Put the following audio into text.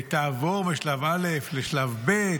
אם היא תעבור משלב א' לשלב ב',